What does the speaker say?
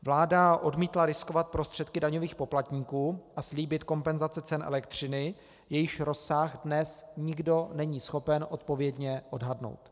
Vláda odmítla riskovat prostředky daňových poplatníků a slíbit kompenzace cen elektřiny, jejichž rozsah dnes nikdo není schopen odpovědně odhadnout.